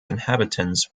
inhabitants